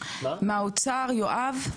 מהאוצר, יואב.